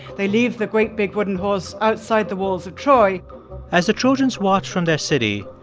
they leave the great, big wooden horse outside the walls of troy as the trojans watch from their city,